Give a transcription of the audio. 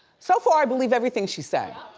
so far i believe everything she's saying,